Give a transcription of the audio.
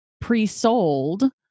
pre-sold